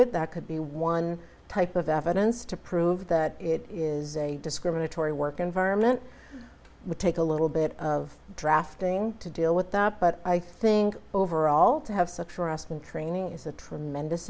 it that could be one type of evidence to prove that it is a discriminatory work environment would take a little bit of drafting to deal with that but i think overall to have such for us in training is a tremendous